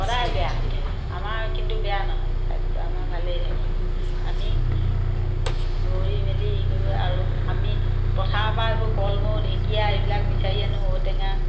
সদায় বেয়া হৈ থাকে আমাৰ কিন্তু বেয়া নহয় স্বাস্থ্য আমাৰ ভালেই থাকে আমি দৌৰি মেলি হেৰি কৰিব আৰু আমি পথাৰৰ পৰা এইবোৰ কলমৌ ঢেকীয়া এইবিলাক বিচাৰি আনোঁ ঔটেঙা